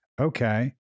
Okay